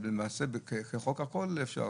למעשה בחוק הכול אפשר.